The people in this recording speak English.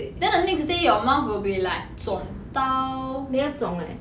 wthen the next day your mouth will be like 肿到